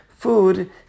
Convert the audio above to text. Food